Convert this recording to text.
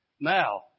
Now